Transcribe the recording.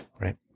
right